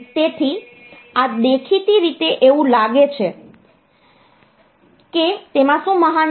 તેથી આ દેખીતી રીતે એવું લાગે છે કે તેમાં શું મહાન છે